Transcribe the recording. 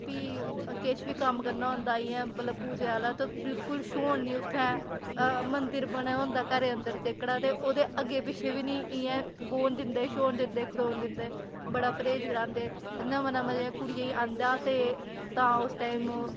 फ्ही किश बी कम्म करना होंदा इ'यां मतलब पूजा आह्ला बिलकुल छ्होन नी उत्थें मंदर बने दा होंदा घरै अंदर जेह्कड़ा ते ओह्दे अग्गें पिच्छें बी निं इयां बौह्न दिंदे छ्होन दिंदे खड़ोन दिंदे बड़ा परहेज करांदे नमां नमां जेह्का कुड़ियै गी आंदा ते तां उस टाइम